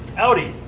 audi